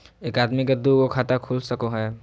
एक आदमी के दू गो खाता खुल सको है?